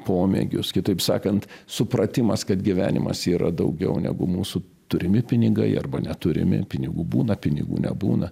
pomėgius kitaip sakant supratimas kad gyvenimas yra daugiau negu mūsų turimi pinigai arba neturimi pinigų būna pinigų nebūna